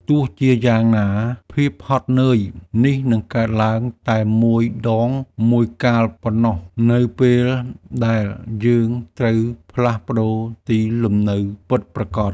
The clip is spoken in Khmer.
ទោះជាយ៉ាងណាភាពហត់នឿយនេះកើតឡើងតែមួយដងមួយកាលប៉ុណ្ណោះនៅពេលដែលយើងត្រូវផ្លាស់ប្ដូរទីលំនៅពិតប្រាកដ។